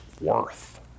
worth